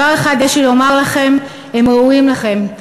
דבר אחד יש לי לומר לכם: הם ראויים לכם.